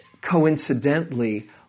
coincidentally